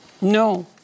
No